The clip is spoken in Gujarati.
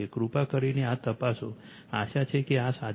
કૃપા કરીને આ તપાસો આશા છે કે આ સાચું છે